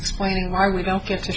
explaining why we don't get to